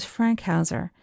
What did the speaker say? Frankhauser